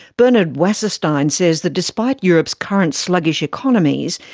bernard wasserstein says that despite europe's current sluggish economies,